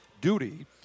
duty